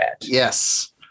yes